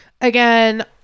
again